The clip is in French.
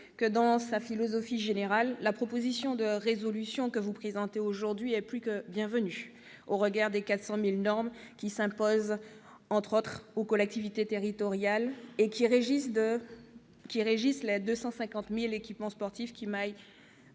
dans sa philosophie générale, la présente proposition de résolution est plus que bienvenue au regard des 400 000 normes qui s'imposent, entre autres, aux collectivités territoriales et qui régissent les 250 000 équipements sportifs qui maillent